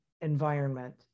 environment